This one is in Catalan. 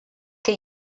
que